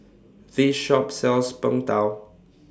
This Shop sells Png Tao